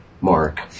Mark